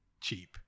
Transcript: cheap